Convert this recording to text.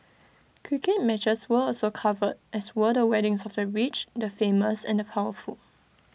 cricket matches were also covered as were the weddings of the rich the famous and the powerful